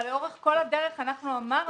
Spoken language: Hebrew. אבל לאורך כל הדרך אמרנו